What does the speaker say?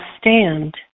stand